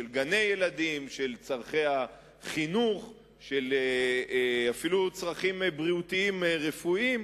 גני-ילדים וצורכי החינוך ואפילו צרכים בריאותיים-רפואיים,